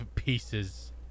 pieces